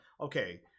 okay